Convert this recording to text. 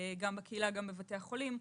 גם בקהילה וגם בבתי החולים.